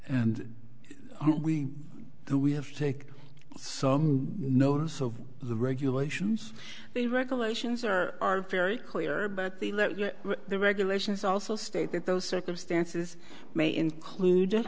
and we do we have to take some notice of the regulations the regulations are are very clear but the let the regulations also state that those circumstances may include